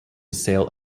sail